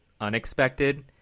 unexpected